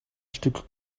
stück